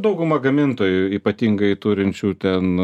dauguma gamintojų ypatingai turinčių ten